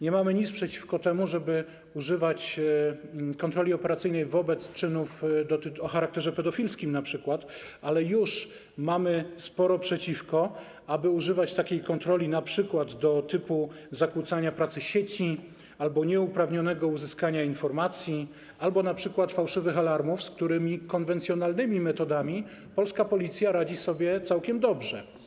Nie mamy nic przeciwko temu, żeby używać kontroli operacyjnej wobec np. czynów o charakterze pedofilskim, ale już mamy sporo przeciwko temu, aby używać takiej kontroli np. wobec czynów typu: zakłócanie pracy sieci albo nieuprawnione uzyskanie informacji, albo np. fałszywe alarmy, z którymi konwencjonalnymi metodami polska Policja radzi sobie całkiem dobrze.